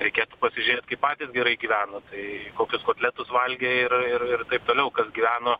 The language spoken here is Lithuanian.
reikėtų pasižiūrėt kaip patys gerai gyveno tai kokius kotletus valgė ir ir ir taip toliau kas gyveno